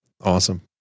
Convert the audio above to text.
Awesome